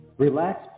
Relax